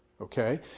Okay